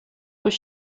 was